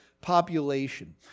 population